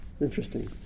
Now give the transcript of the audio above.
Interesting